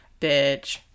bitch